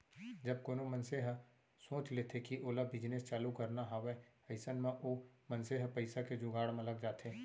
जब कोनो मनसे ह सोच लेथे कि ओला बिजनेस चालू करना हावय अइसन म ओ मनसे ह पइसा के जुगाड़ म लग जाथे